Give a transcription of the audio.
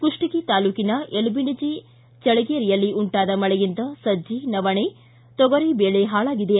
ಕುಪ್ಪಗಿ ತಾಲೂಕಿನ ಯಲಬಿಣೆಜಿ ಚಳಗೇರಿಯಲ್ಲಿ ಉಂಟಾದ ಮಳೆಯಿಂದ ಸಟ್ಟಿ ನವಣಿ ತೊಗರಿ ಬೆಳೆ ಹಾಳಾಗಿದೆ